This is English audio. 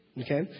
Okay